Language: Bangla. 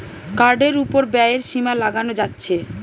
কার্ডের উপর ব্যয়ের সীমা লাগানো যাচ্ছে